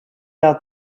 out